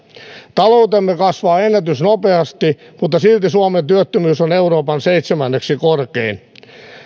taloutemme kasvaa ennätysnopeasti mutta silti suomen työttömyys on euroopan seitsemänneksi korkein